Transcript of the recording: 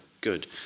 Good